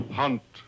hunt